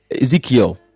Ezekiel